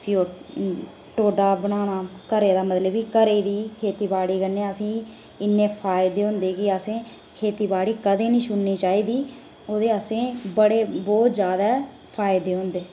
फ्ही ओह् ढोडा बनाना घरे दा मतलब कि घरै दी खेतीबाड़ी कन्नै असेंगी इन्ने बहुत फायदे हुंदे कि असें खेतीबाड़ी कदें नी चाहिदी ओह्दे असें बड़े ज्यादै फायदे होंदे